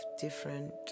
different